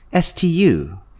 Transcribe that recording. STU